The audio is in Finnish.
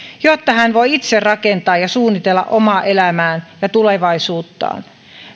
jotta hän voi itse rakentaa ja suunnitella omaa elämäänsä ja tulevaisuuttaan